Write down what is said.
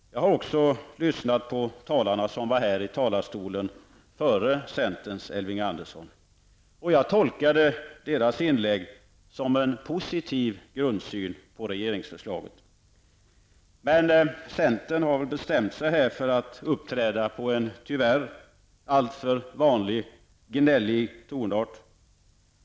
Jag har också lyssnat på de talare som gick upp i talarstolen före centerns Elving Andersson. Jag tolkade deras inlägg som att de hade en positiv grundsyn på regeringsförslaget. Men centern har bestämt sig för att uppträda här med en tyvärr alltför vanlig gnällig tonart.